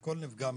שכל נפגע מטופל.